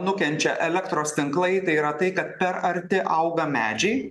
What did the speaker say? nukenčia elektros tinklai tai yra tai kad per arti auga medžiai